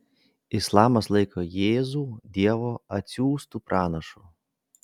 islamas laiko jėzų dievo atsiųstu pranašu